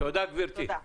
--- בוועדה